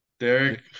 Derek